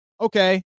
Okay